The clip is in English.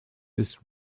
was